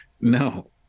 No